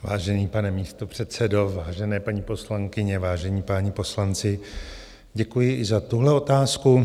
Vážený pane místopředsedo, vážené paní poslankyně, vážení páni poslanci, děkuji i za tuhle otázku.